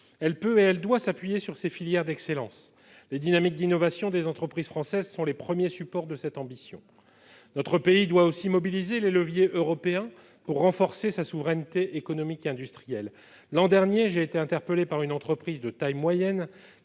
elle peut et elle doit s'appuyer sur ces filières d'excellence. Les dynamiques d'innovation des entreprises françaises sont les premiers supports de cette ambition. Notre pays doit aussi mobiliser les leviers européens pour renforcer sa souveraineté économique et industrielle. L'an dernier, j'ai été interpellé par une entreprise de taille moyenne,